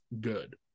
good